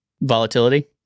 volatility